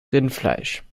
rindfleisch